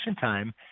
time